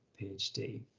PhD